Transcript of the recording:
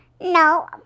No